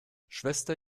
schwester